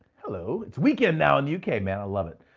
hello, it's weekend now in the uk, man, i love it.